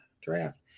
draft